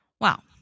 wow